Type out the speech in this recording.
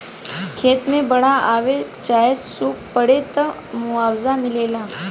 खेत मे बाड़ आवे चाहे सूखा पड़े, त मुआवजा मिलेला